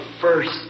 first